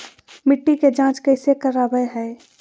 मिट्टी के जांच कैसे करावय है?